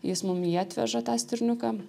jis mum jį atveža tą stirniuką